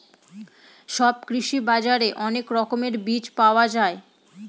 সব কৃষি বাজারে অনেক রকমের বীজ পাওয়া যায়